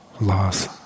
loss